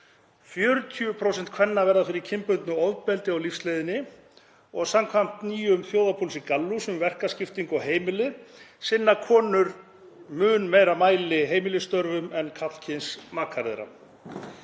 40% kvenna verða fyrir kynbundnu ofbeldi á lífsleiðinni og samkvæmt nýjum þjóðarpúlsi Gallups um verkaskiptingu á heimili sinna konur í mun meira mæli heimilisstörfum en karlkyns makar þeirra.